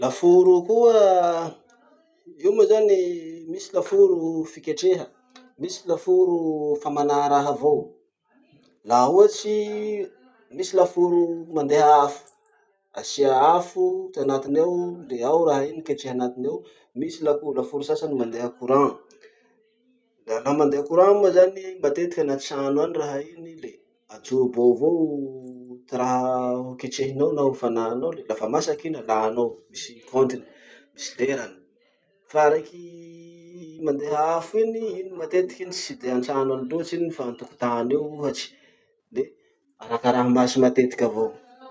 Laforo o koa, io moa zany misy laforo fiketreha, misy laforo famanà raha avao. Laha ohatsy misy laforo mandeha afo. Asia afo ty anatiny ao le ao raha iny ketrehy anatiny ao. Misy lako- laforo sasany mandeha courant. Da laha mandeha courant moa zany i, matetiky anaty trano any raha iny le ajobo ao avao ty raha hoketrehinao na hofananao le lafa masiky iny alanao. Misy kontiny, misy lerany. Fa raiky mandeha afo iny, iny matetiky iny tsy de antrano any loatsy iny fa antokotany eo ohatsy. Le arakarahy maso matetiky avao.